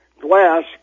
glass